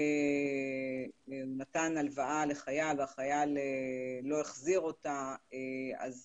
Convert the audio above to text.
אם נתן הלוואה לחייל והחייל לא החזיר אותה, אז